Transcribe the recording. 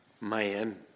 man